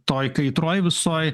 toj kaitroj visoj